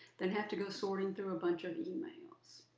than have to go sorting through a bunch of emails.